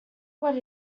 what